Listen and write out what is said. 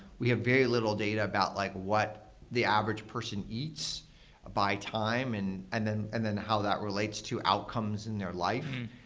we have very little data about like what the average person eats by time and and then and then how that relates to outcomes in their life.